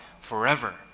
forever